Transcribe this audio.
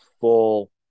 full